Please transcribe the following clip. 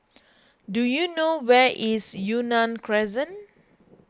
do you know where is Yunnan Crescent